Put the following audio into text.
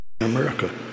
America